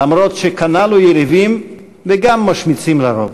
למרות שקנה לו יריבים וגם משמיצים לרוב.